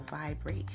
vibrate